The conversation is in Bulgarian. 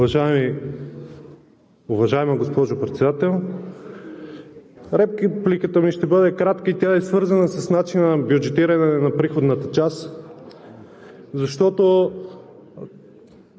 Уважаема госпожо Председател! Репликата ми ще бъде кратка и тя е свързана с начина на бюджетиране на приходната част, защото